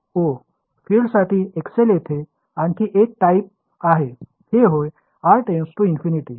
ओह फील्डसाठी एक्सेल येथे आणखी एक टाइप आहे हे होय r →∞ होय